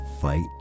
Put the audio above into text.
fight